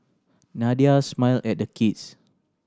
Nadia smiled at the kids